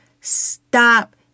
Stop